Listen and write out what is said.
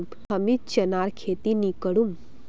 हमीं चनार खेती नी करुम